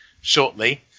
shortly